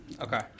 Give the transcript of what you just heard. Okay